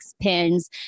pins